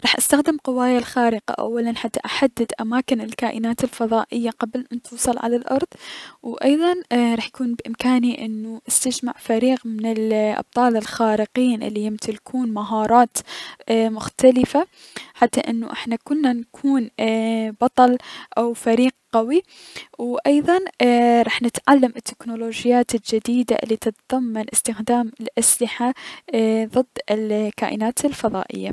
راح استخدم قواي الخارقة اولا حتى احدد اماكن الكائنات الفضائية قبل ان توصل على الأرض، و ايضا راح يكون بأمكاني ان استجمع فريق من الأبطال الخارقين الي يمتلكون مهارات مختلفة حتى انو احنا كلنا نكون اي-بطل او فريق قوي، و ايضا اي- راح نتعلم التكنولوجيات الجديدة الي تتضمن استخدام الأسلحة اي- ضد الكائنات الفضائية.